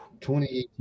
2018